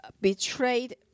Betrayed